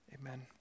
Amen